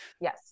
Yes